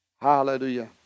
Hallelujah